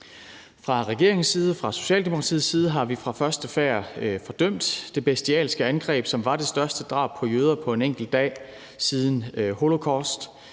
Fra regeringens side og fra Socialdemokratiets side har vi fra første færd fordømt det bestialske angreb, som var det største drab på jøder på en enkelt dag siden holocaust.